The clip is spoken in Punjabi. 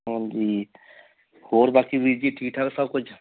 ਹਾਂਜੀ ਹੋਰ ਬਾਕੀ ਵੀਰ ਜੀ ਠੀਕ ਠਾਕ ਸਭ ਕੁਝ